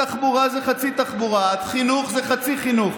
התחבורה זה חצי תחבורה, חינוך זה חצי חינוך,